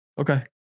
Okay